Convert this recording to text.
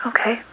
Okay